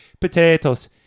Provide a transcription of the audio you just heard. potatoes